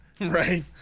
Right